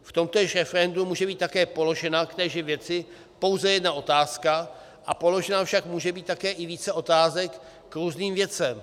V tomtéž referendu může být také položena k téže věci pouze jedna otázka, položeno však může být také i více otázek k různým věcem.